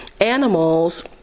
animals